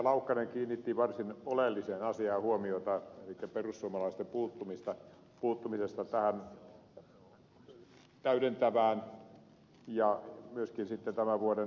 laukkanen kiinnitti varsin oleelliseen asiaan huomiota elikkä perussuomalaisten puuttumiseen tähän täydentävään talousarvioesitykseen ja myöskin tämän vuoden lisätalousarviokeskusteluun